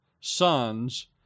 Sons